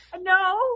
No